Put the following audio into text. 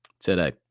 today